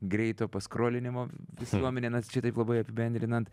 greito paskrolinimo visuomenė na čia taip labai apibendrinant